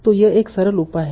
तो यह एक सरल उपाय है